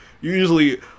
usually